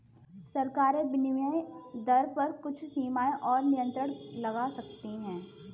सरकारें विनिमय दर पर कुछ सीमाएँ और नियंत्रण लगा सकती हैं